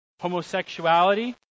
homosexuality